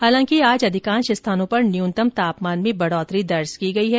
हालांकि आज अधिकांश स्थानों पर न्यूनतम तापमान में बढ़ोतरी दर्ज की गई है